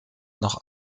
noch